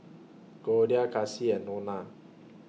Goldia Kassie and Nona